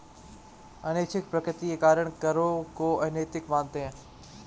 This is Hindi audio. अनैच्छिक प्रकृति के कारण करों को अनैतिक मानते हैं